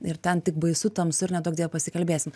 ir ten tik baisu tamsu ir neduok dieve pasikalbėsim